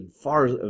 far